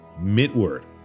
Mid-word